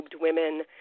women